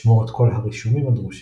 שמור את כל הרישומים הדרושים